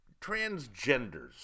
transgenders